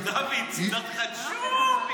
דוד, סידרת לך ג'וב.